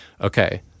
Okay